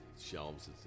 shelves